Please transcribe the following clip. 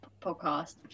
podcast